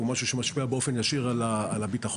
הוא משהו שמשפיע באופן ישיר על הביטחון.